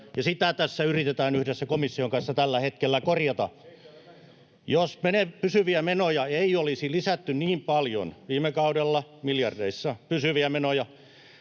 sitä tässä yritetään yhdessä komission kanssa tällä hetkellä korjata. [Antti Lindtman: Ei täällä näin sanota!] Jos pysyviä menoja ei olisi lisätty niin paljon viime kaudella miljardeissa, pysyviä menoja,